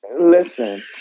Listen